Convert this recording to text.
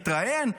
הוא התראיין,